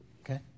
Okay